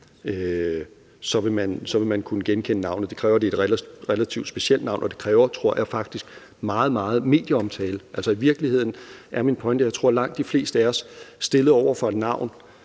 med gerningsmanden. Det kræver, at det er et relativt specielt navn, og det kræver, tror jeg faktisk, meget, meget medieomtale. I virkeligheden er min pointe, at jeg tror, at langt de fleste af os stillet over for et navn,